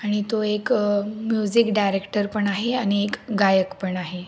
आणि तो एक म्युझिक डायरेक्टर पण आहे आणि एक गायक पण आहे